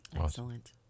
Excellent